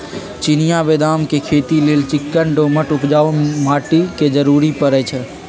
चिनियाँ बेदाम के खेती लेल चिक्कन दोमट उपजाऊ माटी के जरूरी पड़इ छइ